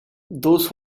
those